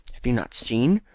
have you not seen?